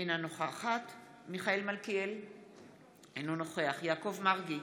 אינה נוכחת מיכאל מלכיאלי, אינו נוכח יעקב מרגי,